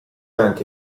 anche